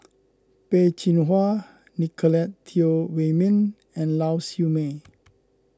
Peh Chin Hua Nicolette Teo Wei Min and Lau Siew Mei